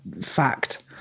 fact